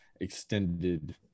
extended